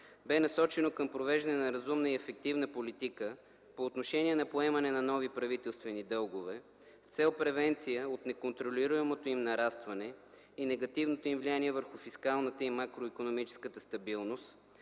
бе насочено към провеждане на разумна и ефективна политика по отношение на поемане на нови правителствени дългове с цел превенция от неконтролируемото им нарастване и негативното им влияние върху фискалната и макроикономическата стабилност,